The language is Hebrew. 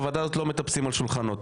בוועדה הזאת לא מטפסים על שולחנות.